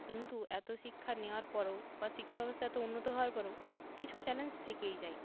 কিন্তু এত শিক্ষা নেওয়ার পরও বা শিক্ষা ব্যবস্থা এত উন্নত হওয়ার পরও কিছু চ্যালেঞ্জ থেকেই যায়